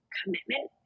commitment